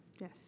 Yes